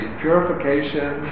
purification